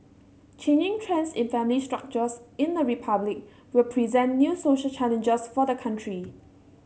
changing trends in family structures in the Republic will present new social challenges for the country